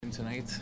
Tonight